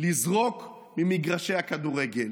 לזרוק ממגרשי הכדורגל.